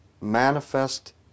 Manifest